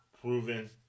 proven